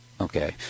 Okay